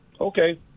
Okay